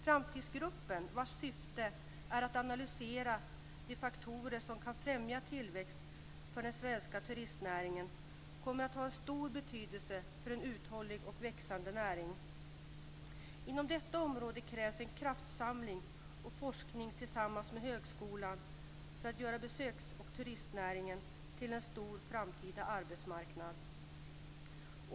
Framtidsgruppen, vars syfte är att analysera de faktorer som kan främja tillväxt för den svenska turistnäringen, kommer att ha stor betydelse för en uthållig och växande näring. Inom detta område krävs en kraftsamling och forskning tillsammans med högskolan för att göra besöks och turistnäringen till en stor framtida arbetsmarknad.